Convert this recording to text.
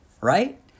right